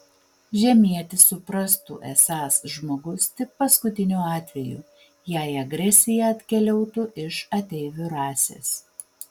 žemietis suprastų esąs žmogus tik paskutiniu atveju jei agresija atkeliautų iš ateivių rasės